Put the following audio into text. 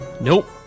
Nope